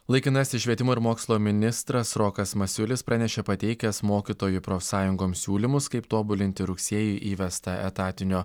laikinasis švietimo ir mokslo ministras rokas masiulis pranešė pateikęs mokytojų profsąjungoms siūlymus kaip tobulinti rugsėjį įvestą etatinio